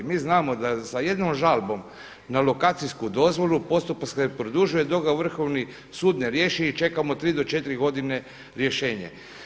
Mi znamo da sa jednom žalbom na lokacijsku dozvolu postupak se produžuje dok ga Vrhovni sud ne riješi i čekamo tri do četiri godine rješenje.